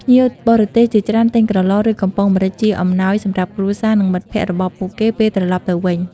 ភ្ញៀវបរទេសជាច្រើនទិញក្រឡ ឬ កំប៉ុងម្រេចជាអំណោយសម្រាប់គ្រួសារ និងមិត្តភ័ក្តិរបស់ពួកគេ ពេលត្រឡប់ទៅវិញ។